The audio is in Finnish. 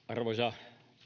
arvoisa